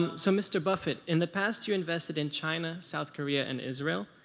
and so mr. buffett, in the past you invested in china, south korea and israel,